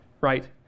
right